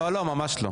לא, לא, ממש לא.